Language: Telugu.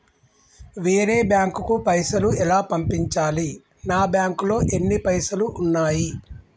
వేరే బ్యాంకుకు పైసలు ఎలా పంపించాలి? నా బ్యాంకులో ఎన్ని పైసలు ఉన్నాయి?